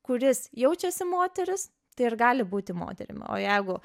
kuris jaučiasi moteris tai ir gali būti moterim o jeigu